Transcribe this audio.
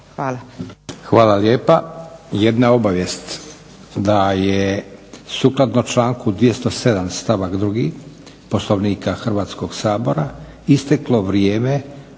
Hvala lijepa. Jedna obavijest, da je sukladno članku 207. stavak 2. Poslovnika Hrvatskoga sabora isteklo vrijeme